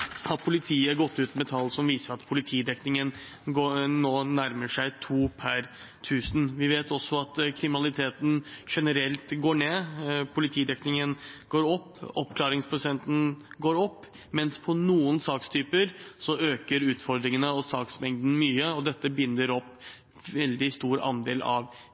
nærmer seg to per tusen. Vi vet også at kriminaliteten generelt går ned, politidekningen går opp, og oppklaringsprosenten går opp. Men for noen sakstyper øker utfordringen og saksmengden mye, og dette binder opp en veldig stor andel av